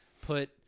put